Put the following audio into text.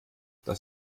das